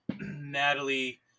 Natalie